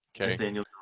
Okay